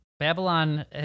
Babylon